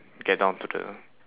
get down to the